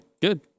good